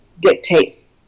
dictates